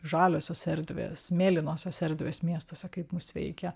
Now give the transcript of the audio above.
žaliosios erdvės mėlynosios erdvės miestuose kaip mus veikia